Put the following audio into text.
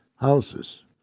Houses